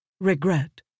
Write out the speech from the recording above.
Regret